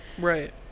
right